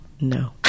no